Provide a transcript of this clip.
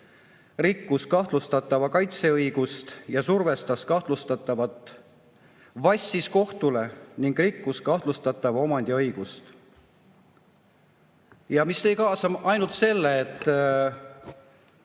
rikkus kahtlustatava kaitseõigust ja survestas kahtlustatavat, vassis kohtule ning rikkus kahtlustatava omandiõigust. Ja see tõi kaasa ainult selle, et